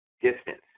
distance